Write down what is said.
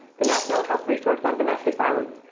the national health resource on domestic violence,